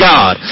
God